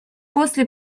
после